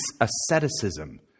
asceticism